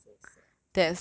that is so sad